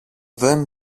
δεν